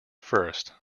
first